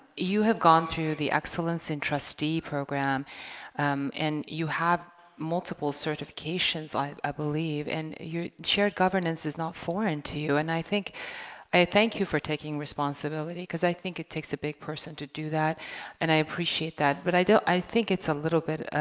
you have gone through the excellence in trustee program and you have multiple certifications i i believe and your shared governance is not foreign to you and i think i thank you for taking responsibility because i think it takes a big person to do that and i appreciate that but i don't i think it's a little bit